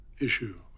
issue